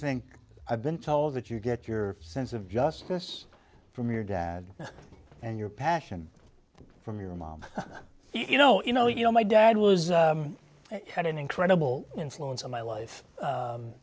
think i've been told that you get your sense of justice from your dad and your passion from your mom you know you know you know my dad was an incredible influence on my life